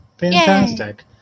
Fantastic